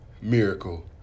miracle